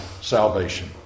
salvation